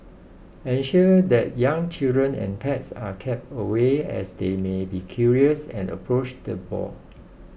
ensure that young children and pets are kept away as they may be curious and approach the boars